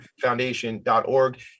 foundation.org